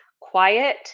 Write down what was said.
quiet